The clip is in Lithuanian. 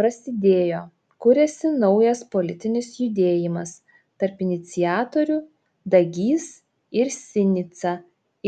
prasidėjo kuriasi naujas politinis judėjimas tarp iniciatorių dagys ir sinica